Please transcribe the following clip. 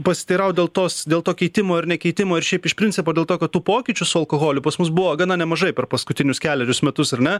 pasiteiraut dėl tos dėl to keitimo ar nekeitimo ir šiaip iš principo dėl to kad tų pokyčių su alkoholiu pas mus buvo gana nemažai per paskutinius kelerius metus ar na